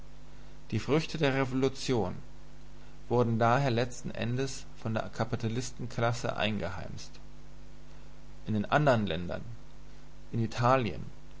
die früchte der revolution wurden daher letzten endes von der kapitalistenklasse eingeheimst in den anderen ländern in italien